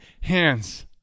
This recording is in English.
hands